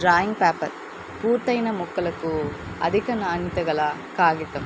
drawing paper పూర్తైన మొక్కలకు అధిక నాణ్యత గల కాగితం